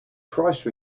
price